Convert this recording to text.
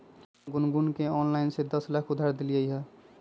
हम गुनगुण के ऑनलाइन से दस लाख उधार देलिअई ह